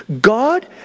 God